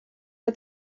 que